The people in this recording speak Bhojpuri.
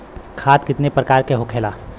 खाद कितने प्रकार के होखेला?